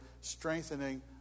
strengthening